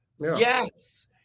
yes